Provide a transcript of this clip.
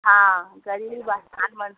हँ गरीबस्थान मन्डि